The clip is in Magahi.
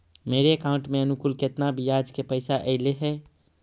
मेरे अकाउंट में अनुकुल केतना बियाज के पैसा अलैयहे?